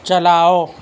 چلاؤ